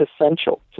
essential